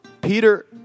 Peter